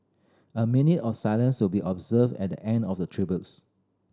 a minute of silence will be observed at the end of the tributes